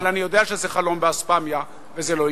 אבל אני יודע שזה חלום באספמיה וזה לא יקרה.